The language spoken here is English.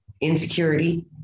insecurity